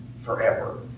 forever